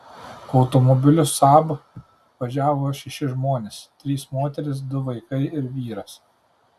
automobiliu saab važiavo šeši žmonės trys moterys du vaikai ir vyras